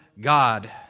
God